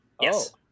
Yes